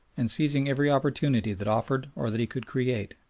and seizing every opportunity that offered or that he could create,